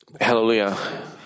Hallelujah